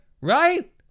Right